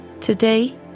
Today